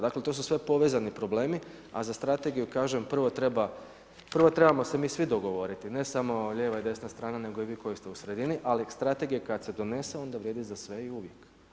Dakle to su sve povezani problemi, a za strategiju kažem prvo trebamo se mi svi dogovoriti, ne samo lijeva i desna strana nego i vi koji ste u sredini, ali strategija kada se donese onda vrijedi za sve i uvijek.